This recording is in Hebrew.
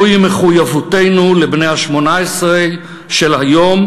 זוהי מחויבותנו לבני ה-18 של היום,